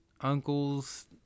uncle's